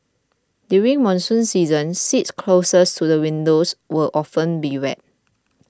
during monsoon season seats closest to the windows would often be wet